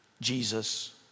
Jesus